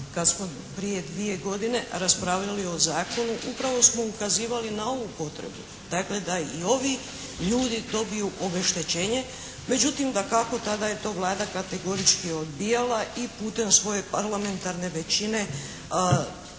kad smo prije dvije godine raspravili o zakonu upravo smo ukazivali na ovu potrebu. Dakle da i ovi ljudi dobiju obeštećenje međutim dakako tada je to Vlada kategorički odbijala i putem svoje parlamentarne većine